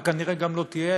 וכנראה גם לא תהיה,